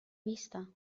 vista